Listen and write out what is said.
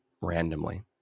randomly